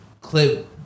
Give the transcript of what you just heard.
clip